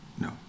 No